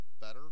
better